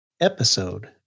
episode